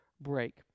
break